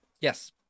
Yes